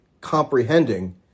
comprehending